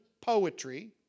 poetry